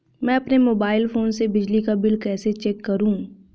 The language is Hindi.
मैं अपने मोबाइल फोन से बिजली का बिल कैसे चेक करूं?